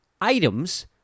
items